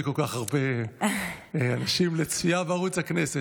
כל כך הרבה אנשים לצפייה בערוץ הכנסת.